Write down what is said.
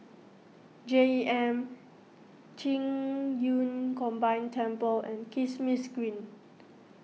J M Qing Yun Combined Temple and Kismis Green